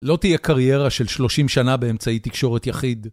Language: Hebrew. לא תהיה קריירה של 30 שנה באמצעי תקשורת יחיד.